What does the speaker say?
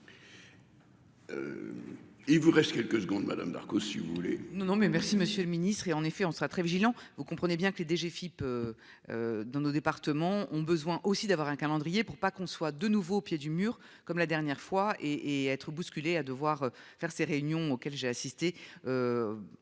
Il vous reste quelques secondes, madame Barco si vous voulez. Non non mais. Merci monsieur le ministre est en effet on sera très vigilants. Vous comprenez bien que les DGFIP. Dans nos départements ont besoin aussi d'avoir un calendrier pour pas qu'on soit de nouveau au pied du mur. Comme la dernière fois et et être bousculée à devoir faire ses réunions auxquelles j'ai assisté.